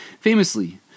Famously